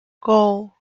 goal